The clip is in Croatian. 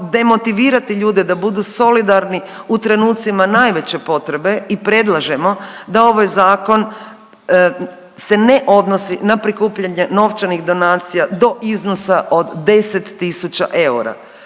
demotivirati ljude da budu solidarni u trenucima najveće potrebe i predlažemo da ovaj zakon se ne odnosi na prikupljanje novčanih donacija do iznosa od 10.000 eura